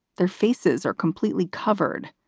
their faces are completely covered.